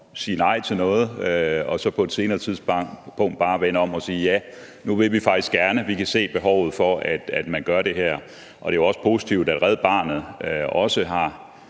sige nej til noget og så på et senere tidspunkt bare vende om og sige: Ja, nu vil vi faktisk gerne; vi kan se behovet for, at man gør det her. Det er jo også positivt, at Red Barnet nu også